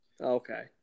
Okay